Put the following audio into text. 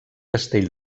castell